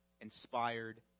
inspired